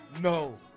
No